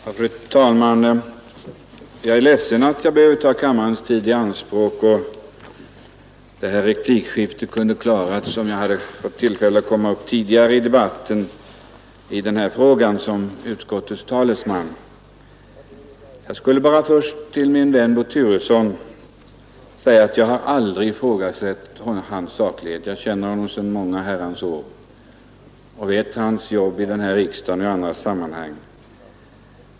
Fru talman! Jag är ledsen över att jag behöver ta kammarens tid i anspråk; det här replikskiftet kunde ha klarats av, om jag hade fått tillfälle att komma upp tidigare i debatten i den här frågan som utskottets talesman. Jag skulle bara först till min vän Bo Turesson vilja säga att jag har aldrig ifrågasatt hans saklighet. Jag känner honom sedan många herrans år och vet vilket jobb han har gjort här i riksdagen och i andra sammanhang.